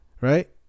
Right